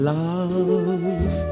love